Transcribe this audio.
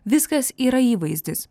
viskas yra įvaizdis